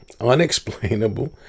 unexplainable